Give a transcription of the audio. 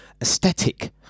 aesthetic